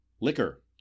Liquor